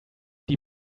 die